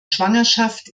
schwangerschaft